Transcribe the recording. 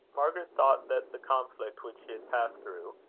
margaret thought that the conflict which she had passed through,